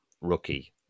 rookie